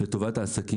לטובת העסקים.